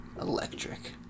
Electric